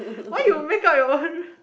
why you make up your own